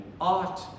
art